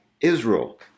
Israel